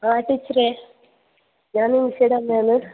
ആ ടീച്ചറേ ഞാൻ നിമിഷയുടെ അമ്മയാണ്